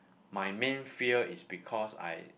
my main fear is because I